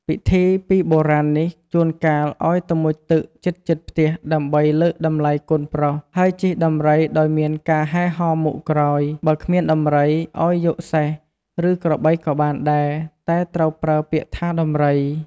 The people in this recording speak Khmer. ពិធីពីបុរាណនេះ ជួនកាលអោយទៅមុជទឹកជិតៗផ្ទះ ដើម្បីលើកតម្លៃកូនប្រុស ហើយជិះដំរីដោយមានការហែរហមមុខក្រោយ ។ បើគ្មានដំរី ឲ្យយកសេះ ឬក្របីក៏បានដែរ តែត្រូវប្រើពាក្យថាដំរី ។